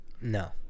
No